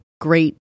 great